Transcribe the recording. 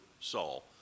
Saul